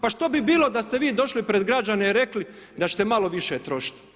Pa što bi bilo da ste vi došli pred građane i rekli da ćete malo više trošiti.